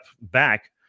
back